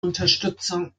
unterstützung